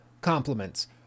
compliments